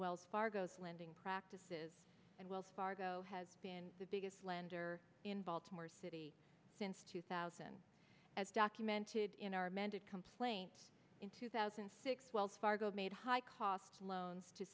wells fargo's lending practices and wells fargo has been the biggest lender in baltimore city since two thousand as documented in our amended complaint in two thousand and six wells fargo made high cost loans to